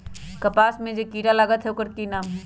कपास में जे किरा लागत है ओकर कि नाम है?